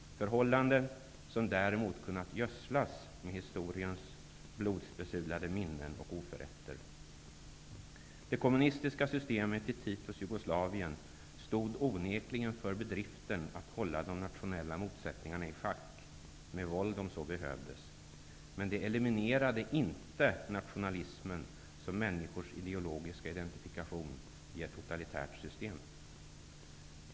Det är förhållanden som däremot har kunnat gödslas med historiens blodbesudlade minnen och oförätter. Det kommunistiska systemet i Titos Jugoslavien stod onekligen för bedriften att hålla de nationella motsättningarna i schack -- med våld som så behövdes. Men det eliminerade inte nationalismen som människors ideologiska identifikation i ett totalitärt system.